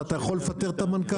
אתה יכול לפטר את המנכ"ל,